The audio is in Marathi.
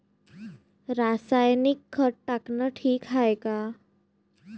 रासायनिक खत टाकनं ठीक हाये का?